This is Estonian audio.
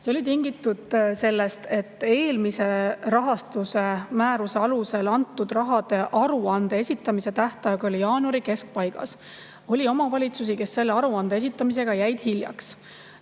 See oli tingitud sellest, et eelmise rahastusmääruse alusel [määratud] rahade aruande esitamise tähtaeg oli jaanuari keskpaigas. Oli omavalitsusi, kes selle aruande esitamisega jäid hiljaks.